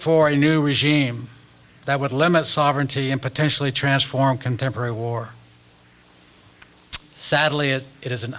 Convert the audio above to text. for a new regime that would limit sovereignty and potentially transform contemporary war sadly it is an